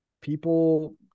people